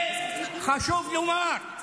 וחשוב לומר,